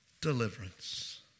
deliverance